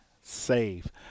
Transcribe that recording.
save